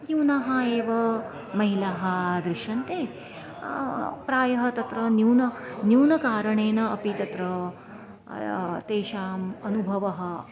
न्यूनाः एव महिलाः दृश्यन्ते प्रायः तत्र न्यून न्यूनकारणेन अपि तत्र तेषाम् अनुभवः